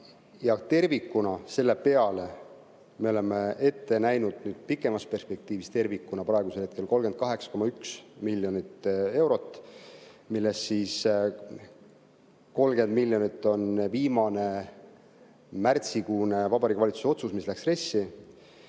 Tervikuna selle peale me oleme ette näinud pikemas perspektiivis praegusel hetkel 38,1 miljonit eurot, millest 30 miljonit on viimane märtsikuine Vabariigi Valitsuse otsus, mis läks RES‑i,